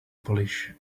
polish